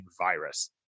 virus